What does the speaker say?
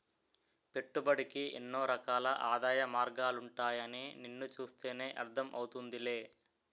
పెట్టుబడికి ఎన్నో రకాల ఆదాయ మార్గాలుంటాయని నిన్ను చూస్తేనే అర్థం అవుతోందిలే